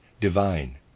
divine